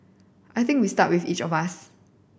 I think we start with each of us